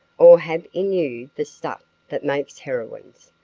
or have in you the stuff that makes heroines,